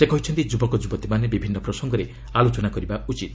ସେ କହିଛନ୍ତି ଯୁବକ ଯୁବତୀମାନେ ବିଭିନ୍ନ ପ୍ରସଙ୍ଗରେ ଆଲୋଚନା କରିବା ଉଚିତ